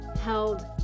held